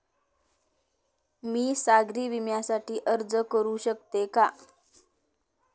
मी सागरी विम्यासाठी अर्ज करू शकते का?